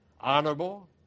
honorable